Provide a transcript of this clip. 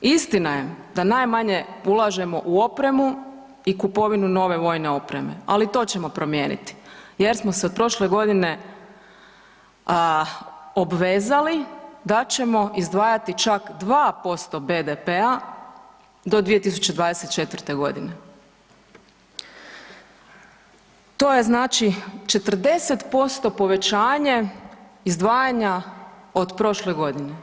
Istina je da najmanje ulažemo u opremu i kupovinu nove vojne opreme, ali i to ćemo promijeniti jer smo se od prošle godine obvezali da ćemo izdvajati čak 2% BDP-a do 2024.g. To je znači 40% povećanje izdvajanja od prošle godine.